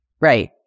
Right